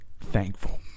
thankful